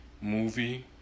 movie